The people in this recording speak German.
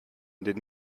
den